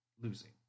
losing